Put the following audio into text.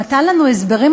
נו.